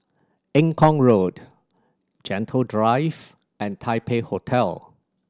Eng Kong Road Gentle Drive and Taipei Hotel